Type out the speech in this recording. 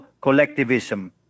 collectivism